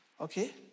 okay